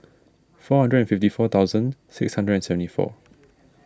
four hundred fifty four thousand six hundred seventy four